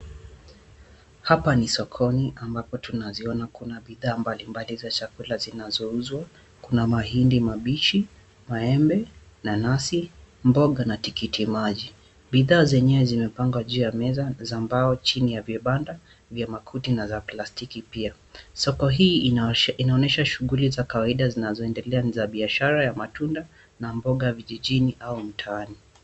Hapa ni sokoni ambapo tunaziona kuna bidhaa mbalimbali za chakula zinazo uzawa . Kuna mahindi mabichi, maembe, nanasi, mboga na tikitimaji. Bidhaa zenyewe zimepangwa juu ya meza, za mbao, chini ya vibanda vya makuti na za plastiki pia. Soko hii inaonyesha shughuli za kawaida zinazoendelea ni za biashara ya matunda na mboga, vijijini au mtaani.